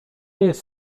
jest